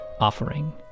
offering